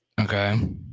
Okay